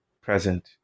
present